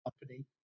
company